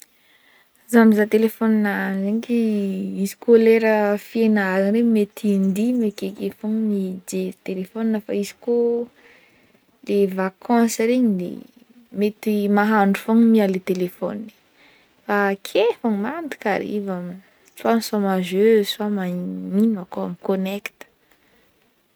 Za mizaha telefonahy zegny ke izy koa lera fianaragna regny mety indimy akekeo fogna mijery telefona fa izy ko de vacance regny de mety mahandro fogna miala telefony akeo fogna mandrakariva soit misoma jeux soit mani- magnino akao mikonekta.